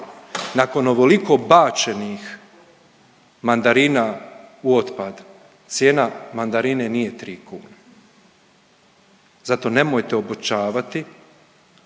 nakon ovoliko bačenih mandarina u otpad, cijena mandarine nije 3 kune. Zato nemojte .../Govornik